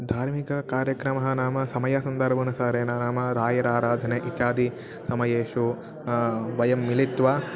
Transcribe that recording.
धार्मिककार्यक्रमः नाम समयसन्दर्भानुसारेण नाम रायराराधने इत्यादिसमयेषु वयं मिलित्वा